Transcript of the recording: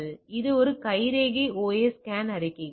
எனவே அது கைரேகை OS ஸ்கேன் அறிக்கைகள்